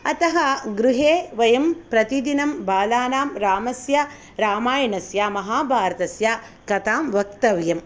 अतः गृहे वयं प्रतिदिनं बालानां रामस्य रामायणस्य महाभारतस्य कथां वक्तव्यम्